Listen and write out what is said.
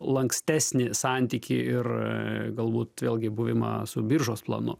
lankstesnį santykį ir galbūt vėlgi buvimą su biržos planu